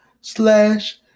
slash